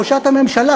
ראשת הממשלה,